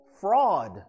fraud